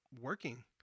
working